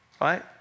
Right